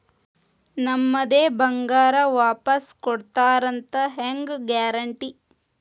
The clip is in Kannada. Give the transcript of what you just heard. ನಮ್ಮದೇ ಬಂಗಾರ ವಾಪಸ್ ಕೊಡ್ತಾರಂತ ಹೆಂಗ್ ಗ್ಯಾರಂಟಿ?